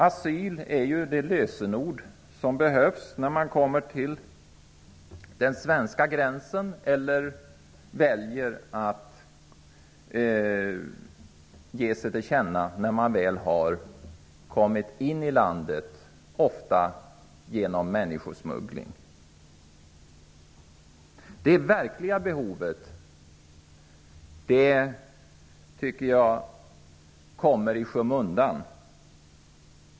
Asyl är ju det lösenord som behövs när man kommer till den svenska gränsen eller väljer att ge sig till känna när man väl har kommit in i landet, ofta genom människosmuggling. Det verkliga behovet av asyl kommer i skymundan.